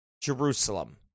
Jerusalem